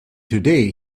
today